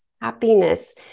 happiness